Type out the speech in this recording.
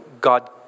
God